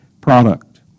product